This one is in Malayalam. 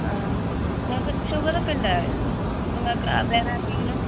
ആ നിങ്ങൾക്ക് ഷുഗർ ഒക്കെ ഉണ്ടോ നിങ്ങൾക്ക് വേറെ ആർക്കെങ്കിലും